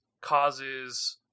causes